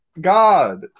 God